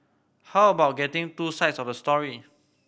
how about getting two sides of the story